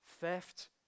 theft